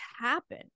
happen